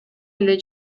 эле